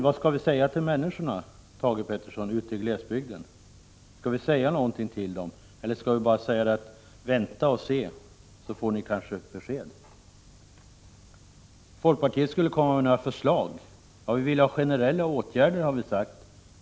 Vad skall vi säga till människorna ute i glesbygden, Thage Peterson? Skall vi bara säga: Vänta och se så får ni kanske besked! Folkpartiet skulle komma med några förslag, sade industriministern. Vi vill ha till stånd generella åtgärder, har vi sagt.